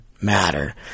matter